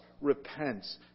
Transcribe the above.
repents